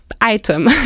Item